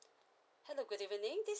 hello good evening this